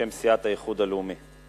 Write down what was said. בשם סיעת האיחוד הלאומי.